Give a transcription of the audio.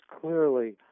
clearly